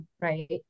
right